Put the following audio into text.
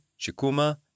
Shikuma